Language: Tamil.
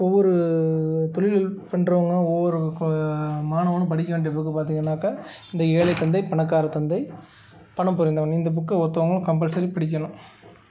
ஒவ்வொரு தொழிலில் பண்ணுறவங்க ஒவ்வொரு மாணவனும் படிக்க வேண்டிய புக்கு பார்த்திங்கன்னாக்கா இந்த ஏழை தந்தை பணக்கார தந்தை பணம் புரிந்தவன் இந்த புக்கை ஒவ்வொருத்தவங்களும் கம்பல்சரி படிக்கணும்